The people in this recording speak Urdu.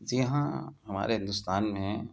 جی ہاں ہمارے ہندوستان میں